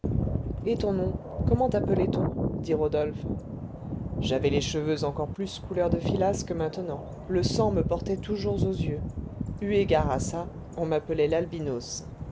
et ton nom comment tappelait on dit rodolphe j'avais les cheveux encore plus couleur de filasse que maintenant le sang me portait toujours aux yeux eu égard à ça on m'appelait l'albinos